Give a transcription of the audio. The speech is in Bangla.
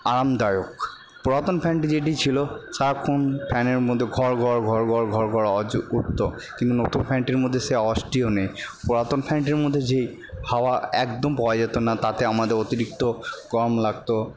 আরামদায়ক পুরাতন ফ্যানটি যেটি ছিলো সারাক্ষণ ফ্যানের মধ্যে ঘর ঘর ঘর ঘর ঘর ঘর আওয়াজ উঠতো কিন্তু নতুন ফ্যানটির মধ্যে সেই আওয়াজটিও নেই পুরাতন ফ্যানটির মধ্যে যেই হাওয়া একদম পাওয়া যেতো না তাতে আমাদের অতিরিক্ত কম লাগতো